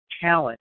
talent